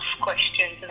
questions